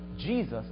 Jesus